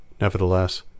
Nevertheless